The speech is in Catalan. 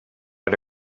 era